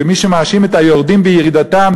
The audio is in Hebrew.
ומי שמאשים את היורדים בירידתם,